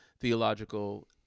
theological